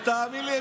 ותאמין לי,